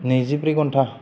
नैजिब्रै घन्टा